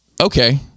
Okay